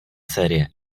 série